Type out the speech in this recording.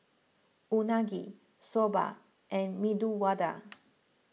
Unagi Soba and Medu Vada